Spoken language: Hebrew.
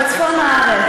ובגולן, בצפון הארץ.